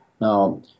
Now